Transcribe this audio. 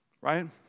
right